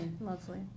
lovely